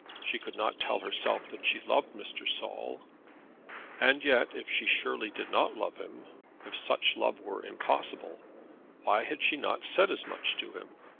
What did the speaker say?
she could not tell herself that she loved mr. saul and yet, if she surely did not love him if such love were impossible why had she not said as much to him?